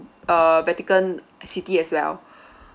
uh vatican city as well